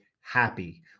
happy